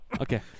Okay